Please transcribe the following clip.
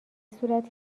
صورت